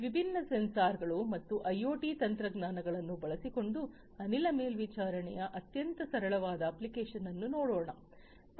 ವಿಭಿನ್ನ ಸೆನ್ಸಾರ್ಗಳು ಮತ್ತು ಐಐಓಟಿ ತಂತ್ರಜ್ಞಾನಗಳನ್ನು ಬಳಸಿಕೊಂಡು ಅನಿಲ ಮೇಲ್ವಿಚಾರಣೆಯ ಅತ್ಯಂತ ಸರಳವಾದ ಅಪ್ಲಿಕೇಶನ್ ಅನ್ನು ನೋಡೋಣ